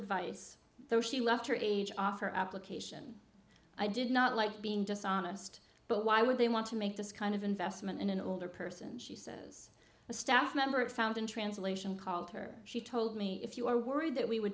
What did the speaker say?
advice though she left her age off her application i did not like being dishonest but why would they want to make this kind of investment in an older person she says a staff member of found in translation called her she told me if you are worried that we were